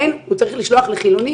אין, הוא צריך לשלוח לחילונית.